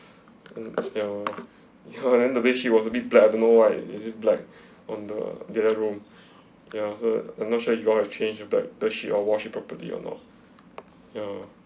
um uh ya ya then the bedsheet was a bit black I don't know why is it black on the other room ya so I'm not sure you got a change of bed bedsheet or wash it properly or not ya